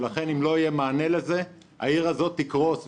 ולכן אם לא יהיה מענה לזה העיר הזאת תקרוס.